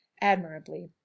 admirably